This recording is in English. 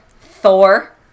Thor